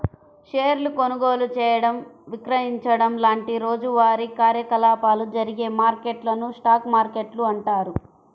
షేర్ల కొనుగోలు చేయడం, విక్రయించడం లాంటి రోజువారీ కార్యకలాపాలు జరిగే మార్కెట్లను స్టాక్ మార్కెట్లు అంటారు